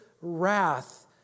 wrath